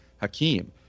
Hakeem